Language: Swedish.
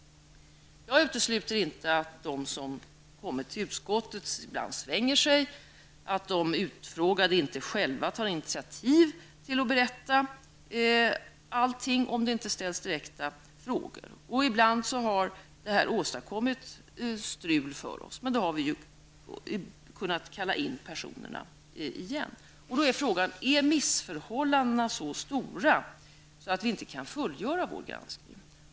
Jag utesluter inte att de som kommit till utskottet ibland svänger sig och att de utfrågade inte själva tar initiativ till att berätta allting, om det inte ställs direkta frågor. Ibland har det åstadkommit strul för oss, men då har vi kunnat kalla in personerna igen. Då är frågan: Är missförhållandena så svåra att vi inte kan fullgöra vår granskning?